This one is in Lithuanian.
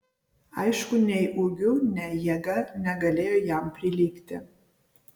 aišku nei ūgiu nei jėga negalėjo jam prilygti